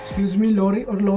use me or